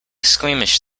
squeamish